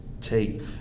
take